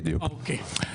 אוקיי.